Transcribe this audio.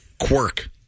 Quirk